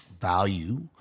value